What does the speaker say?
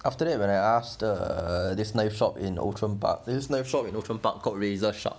after that when I ask the this knife shop in outram park this knife shop in outram park called Razor Sharp